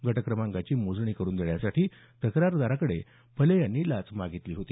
गट क्रमाकांची मोजणी करून देण्यासाठी तक्रारदाराक़डे फले यांनी ही लाच मागितली होती